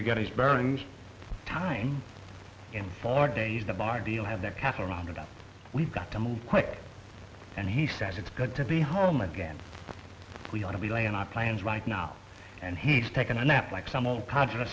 to get his bearings time in four days the barbie all have their cattle rounded up we've got to move quick and he says it's good to be home again we ought to be laying our plans right now and he's taken a nap like some old contra